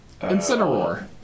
Incineroar